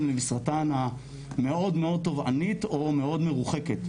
למשרתן המאוד תובענית או מאוד מרוחקת.